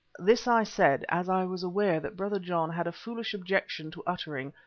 this i said as i was aware that brother john had a foolish objection to uttering,